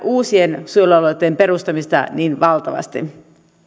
uusien suojelualueitten perustamista niin